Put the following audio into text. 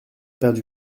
perdu